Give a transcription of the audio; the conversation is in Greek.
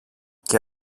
και